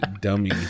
Dummy